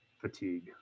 fatigue